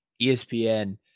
ESPN